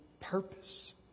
purpose